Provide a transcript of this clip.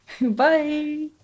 Bye